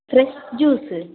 fresh juice